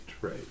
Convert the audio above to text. right